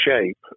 shape